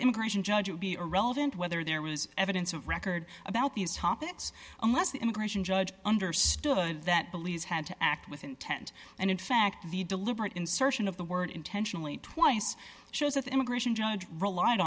the immigration judge would be irrelevant whether there was evidence of record about these topics unless the immigration judge understood that police had to act with intent and in fact the deliberate insertion of the word intentionally twice shows that the immigration judge relied